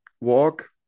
walk